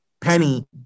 Penny